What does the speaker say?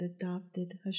adopted